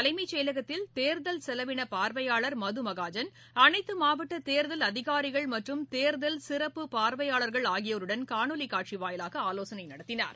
தலைமைச்செயலகத்தில் தேர்தல் செலவின பார்வையாளர் மதுமகாஜன் அனைத்து மாவட்ட தேர்தல் அதிகாரிகள் மற்றும் தேர்தல் சிறப்பு பார்வையாளர்கள் ஆகியோருடன் காணொலி காட்சி வாயிலாக ஆலோசனை நடத்தினார்